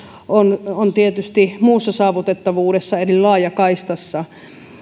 on on tietysti muussa saavutettavuudessa eli laajakaistassa